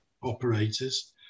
Operators